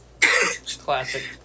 Classic